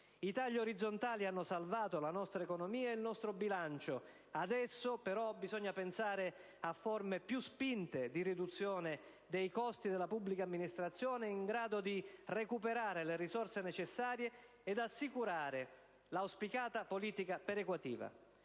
I tagli orizzontali hanno salvato la nostra economia ed il nostro bilancio. Adesso, però, bisogna pensare a forme più spinte di riduzione dei costi della pubblica amministrazione, in grado di recuperare le risorse necessarie ed assicurare l'auspicata politica perequativa.